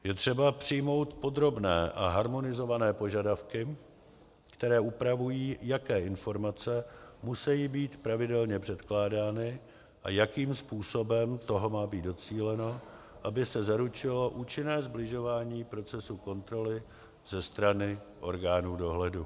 Je třeba přijmout podrobné a harmonizované požadavky, které upravují, jaké informace musejí být pravidelně předkládány a jakým způsobem toho má být docíleno, aby se zaručilo účinné sbližování procesu kontroly ze strany orgánů dohledu.